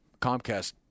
comcast